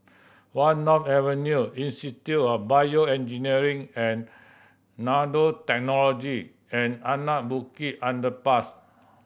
One North Avenue Institute of BioEngineering and Nanotechnology and Anak Bukit Underpass